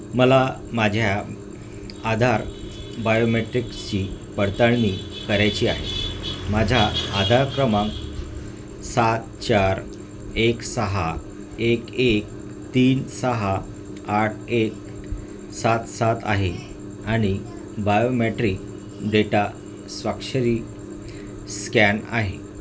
मला माझ्या आधार बायोमेट्रिक्सची पडताळणी करायची आहे माझा आधार क्रमांक सात चार एक सहा एक एक तीन सहा आठ एक सात सात आहे आणि बायोमॅट्रिक डेटा स्वाक्षरी स्कॅन आहे